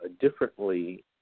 differently